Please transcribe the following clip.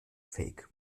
fake